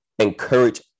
encourage